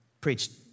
preached